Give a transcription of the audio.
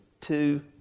two